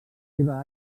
seva